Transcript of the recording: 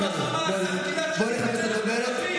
ראש הממשלה שלך עשה עסקאות עם חמאס על גלעד שליט בעד 1,000 מחבלים.